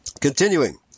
Continuing